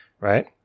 right